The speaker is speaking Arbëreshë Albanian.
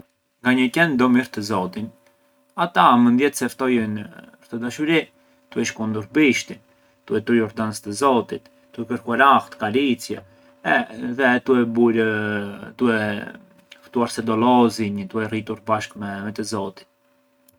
Nga një qen do mirë të zotina, ata mënd jetë se ftojën këtë dashuri tue shkundur bishtin, tue tujur dancë të zotit tue kërkuar ahtëaa, karicje, edhe tue burë tue ftuar se do lozënj, se do rrinjë bashkë me të zotin.